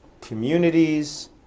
communities